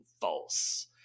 false